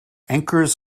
anchors